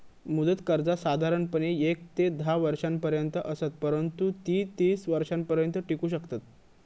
मुदत कर्जा साधारणपणे येक ते धा वर्षांपर्यंत असत, परंतु ती तीस वर्षांपर्यंत टिकू शकतत